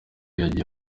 yagiye